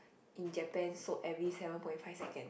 in Japan sold every seven point five second